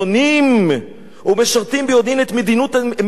או משרתים ביודעין את מדיניות הציונות,